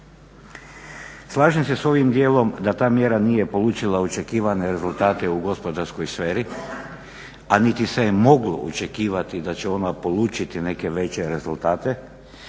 Slažem se sa ovim dijelom da ta mjera nije polučila očekivane rezultate u gospodarskoj sferi, a niti se je moglo očekivati da će ona polučiti neke veće rezultate